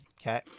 Okay